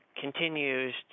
continues